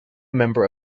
member